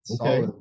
Okay